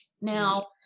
Now